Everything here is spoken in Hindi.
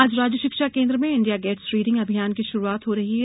आज राज्य शिक्षा केन्द्र में इंडिया गेट्स रीडिंग अभियान की शुरूआत हो रही है